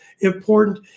important